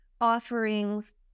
offerings